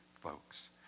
folks